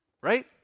right